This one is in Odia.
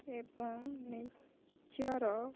ଏବଂ ନିଜର